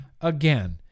again